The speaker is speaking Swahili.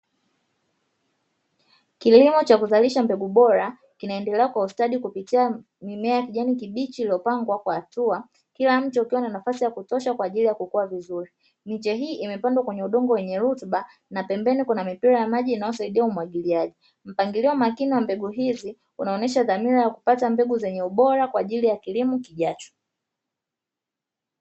Kilimo cha kuzalisha mbegu bora kinaendelea kwa ustadi kupitia mimea ya kijani kibichi iliyopangwa kwa hatua kila mti ukiwa na nafasi ya kutosha kwa ajili kukua vizuri, miche hii imepandwa kwenye udongo rutuba na pembeni kuna mipira ya maji inayosaidia umwagiliaji mpabgilio makini wa mbegu hizi unaonesha dhamira ya kupata mbegu bora kwa ajili ya kilimo kijacho.